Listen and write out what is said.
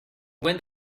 when